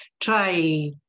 Try